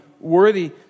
Worthy